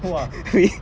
!wah!